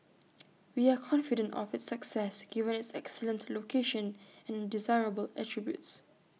we are confident of its success given its excellent location and desirable attributes